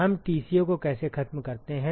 हम Tco को कैसे खत्म करते हैं